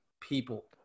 people